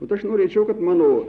vat aš norėčiau kad mano